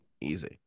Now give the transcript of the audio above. easy